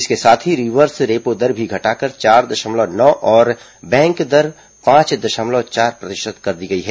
इसके साथ ही रिवर्स रेपो दर भी घटाकर चार दशमलव नौ और बैंक दर पांच दशमलव चार प्रतिशत कर दी गई है